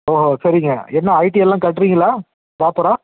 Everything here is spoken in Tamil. ஓகோ சரிங்க என்ன ஐடியெல்லாம் கட்டுறீங்களா ப்ராப்பராக